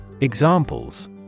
Examples